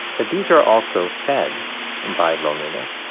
that these are also fed by loneliness.